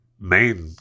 main